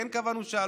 כן קבענו שעה,